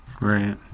Right